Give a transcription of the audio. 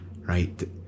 right